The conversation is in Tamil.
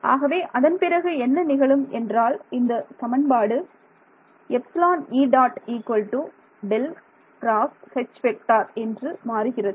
ஆகவே அதன்பிறகு என்ன நிகழும் என்றால் இந்த சமன்பாடு என்று மாறுகிறது